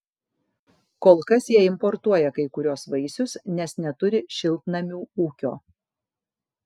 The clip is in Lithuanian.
kol kas jie importuoja kai kuriuos vaisius nes neturi šiltnamių ūkio